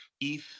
ETH